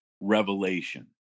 revelation